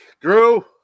Drew